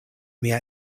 mia